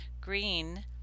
green